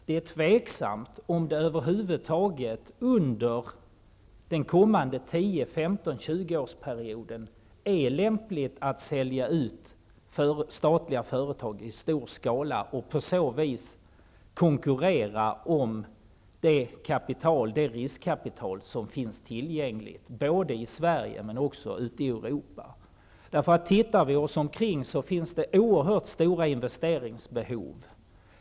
Det är tveksamt om det över huvud taget under den kommande 10--20-årsperioden är lämpligt att sälja ut statliga företag i stor skala och på så vis konkurrera om riskkapital som finns tillgängligt både i Sverige men också i Europa. När vi ser oss omkring kan vi se att det finns oerhört stora investeringsbehov.